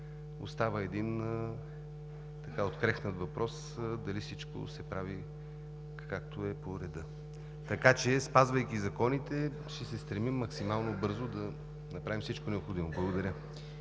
остава един открехнат въпрос – дали всичко се прави както е по реда. Спазвайки законите, ще се стремим максимално бързо на направим всичко необходимо. Благодаря.